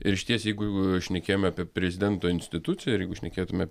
ir išties jeigu šnekėjome apie prezidento instituciją ir jeigu šnekėtume